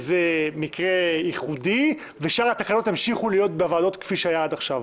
זה מקרה ייחודי ושאר התקנות ימשיכו להיות בוועדות כפי שהיה עד עכשיו.